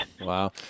Wow